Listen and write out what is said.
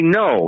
no